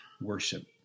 worship